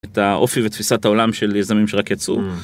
את האופי ותפיסת העולם של היזמים שרק יצאו.